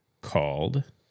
called